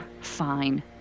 Fine